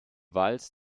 valses